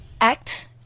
act